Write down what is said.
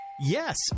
Yes